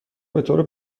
بطور